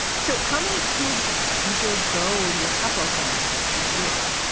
so how many kids usually go your capital camps each year?